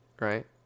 Right